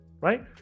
right